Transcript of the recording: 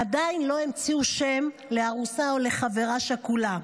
עדיין לא המציאו שם לארוסה או לחברה שכולה.